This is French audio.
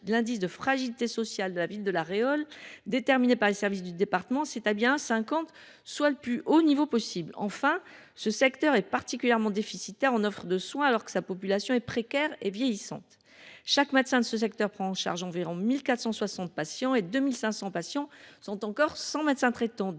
l’indice de fragilité sociale de la ville de La Réole, déterminé par les services du département, s’établit à 1,5, soit le plus haut niveau possible. Enfin, le secteur est particulièrement déficitaire en offre de soins, alors que sa population est précaire et vieillissante : chaque médecin y prend en charge environ 1 460 patients, et 2 500 habitants sont encore sans médecin traitant.